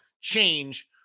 change